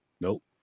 Nope